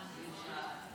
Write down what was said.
המוחלט.